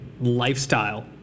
lifestyle